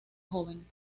joven